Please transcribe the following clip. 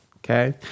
Okay